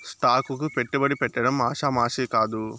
stock కు పెట్టుబడి పెట్టడం ఆషామాషీ కాదు